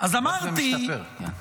זה הולך ומשתפר, כן.